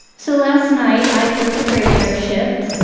so last night, i worked the graveyard shift,